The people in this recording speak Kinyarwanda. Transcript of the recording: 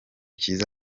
cyiza